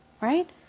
Right